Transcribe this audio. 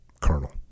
colonel